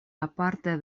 aparte